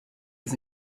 was